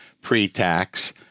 pre-tax